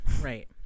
right